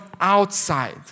outside